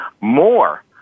more